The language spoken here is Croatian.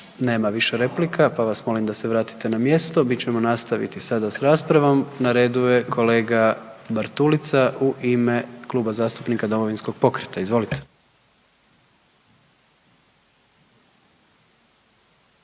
Nema više replika, pa vas molim da se vratite na mjesto. Mi ćemo nastaviti sada s raspravom. Na redu je kolega Bartulica u ime Kluba zastupnika Domovinskog pokreta. Izvolite.